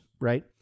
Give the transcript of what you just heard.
right